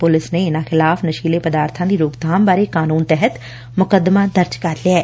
police ਨੇ ਇਨੂਾਂ ਖਿਲਾਫ਼ ਨਸ਼ੀਲੇ ਪਦਾਰਥਾਂ ਦੀ ਰੋਕਬਾਮ ਬਾਰੇ ਕਾਨੰਨ ਤਹਿਤ ਮੁਕੱਦਮਾ ਦਰਜ ਕਰ ਲਿਐ